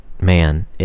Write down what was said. man